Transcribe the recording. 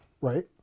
right